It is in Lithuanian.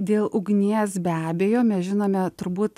dėl ugnies be abejo mes žinome turbūt